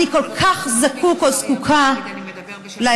אני כל כך זקוק או זקוקה לעזרה,